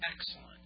excellent